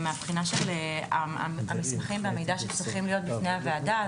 מבחינת המסמכים והמידע שצריכים להיות בפני הוועדה,